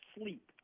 sleep